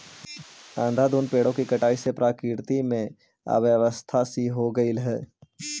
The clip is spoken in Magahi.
अंधाधुंध पेड़ों की कटाई से प्रकृति में अव्यवस्था सी हो गईल हई